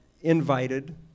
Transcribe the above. invited